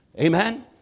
Amen